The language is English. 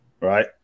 right